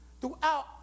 Throughout